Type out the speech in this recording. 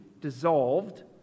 dissolved